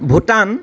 Bhutan